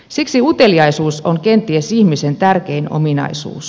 siksi uteliaisuus on kenties ihmisen tärkein ominaisuus